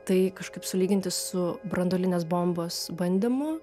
tai kažkaip sulyginti su branduolinės bombos bandymų